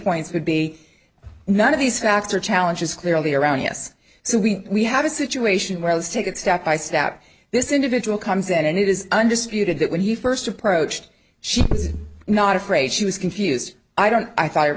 points would be none of these facts or challenges clearly around us so we have a situation where let's take it step by step this individual comes in and it is undisputed that when he first approached she was not afraid she was confused i don't i